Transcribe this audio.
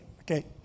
okay